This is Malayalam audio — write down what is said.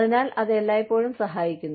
അതിനാൽ അത് എല്ലായ്പ്പോഴും സഹായിക്കുന്നു